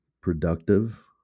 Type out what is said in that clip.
productive